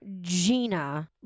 Gina